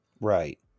Right